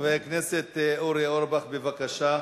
חבר הכנסת אורי אורבך, בבקשה.